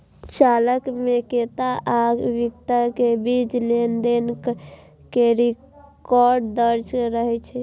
चालान मे क्रेता आ बिक्रेता के बीच लेनदेन के रिकॉर्ड दर्ज रहै छै